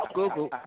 Google